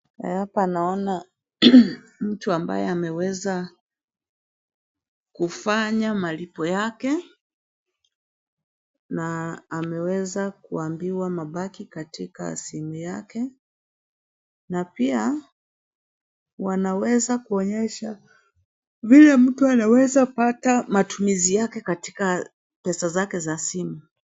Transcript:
Hapa naona mtu ambaye ameweza kufanya malipo yake na ameweza kuambiwa mabaki katika simu yake na pia wanaweza kuonyesha vile mtu anaweza kupata matumizi yake katika pesa zake za simu.